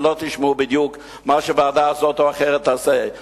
ולא תשמעו בדיוק מה שוועדה זאת או אחרת תעשה,